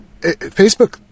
Facebook